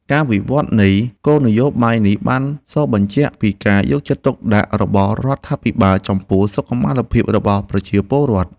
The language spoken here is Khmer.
ការវិវត្តនៃគោលនយោបាយនេះបានសបញ្ជាក់ពីការយកចិត្តទុកដាក់របស់រដ្ឋាភិបាលចំពោះសុខុមាលភាពរបស់ប្រជាពលរដ្ឋ។